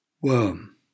worm